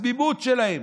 התמימות שלהם,